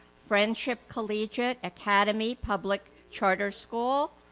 friendship collegiate academy public charter school,